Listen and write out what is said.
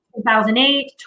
2008